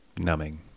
numbing